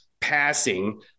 passing